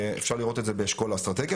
אפשר לראות את זה באשכול האסטרטגיה